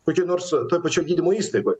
kokioj nors toj pačioj gydymo įstaigoj